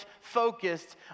focused